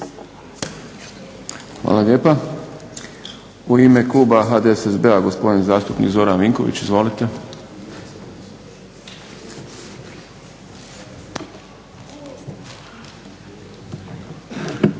Hvala lijepa. U ime kluba IDS-a gospodin zastupnik Damir Kajin, izvolite.